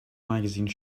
magazine